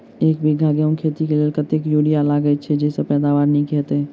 एक बीघा गेंहूँ खेती मे कतेक यूरिया लागतै जयसँ पैदावार नीक हेतइ?